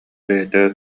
бэйэтэ